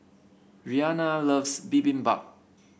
Rianna loves Bibimbap